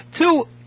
two